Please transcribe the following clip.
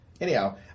Anyhow